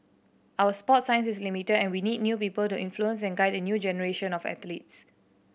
our sports science is limited and we need new people to influence and guide a new generation of athletes